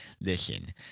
listen